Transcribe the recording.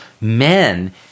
men